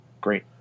Great